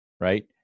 Right